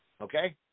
Okay